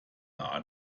art